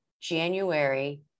January